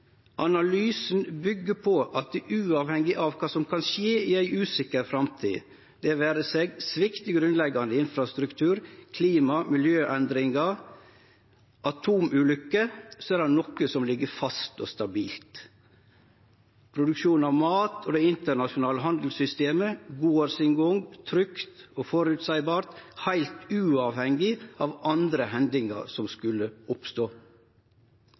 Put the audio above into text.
på at uavhengig av kva som kan skje i ei usikker framtid, det vere seg svikt i grunnleggjande infrastruktur, klima- og miljøendringar eller atomulykker, så er det noko som ligg fast og stabilt. Produksjon av mat og det internasjonale handelssystemet går sin gang, trygt og føreseieleg, heilt uavhengig av andre hendingar som måtte oppstå.